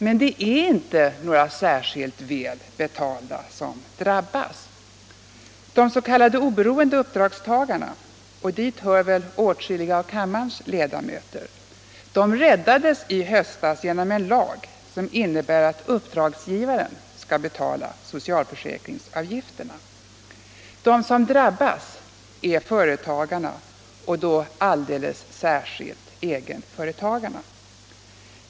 Men det är inte några särskilt väl betalda som drabbas. De s.k. oberoende uppdragstagarna — och dit hör väl åtskilliga av kammarens ledamöter — räddades i höstas genom en lag som innebär att uppdragsgivaren skall betala socialförsäkringsavgifterna. De som drabbas är företagarna och då alldeles särskilt egenföretagarna.